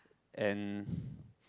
and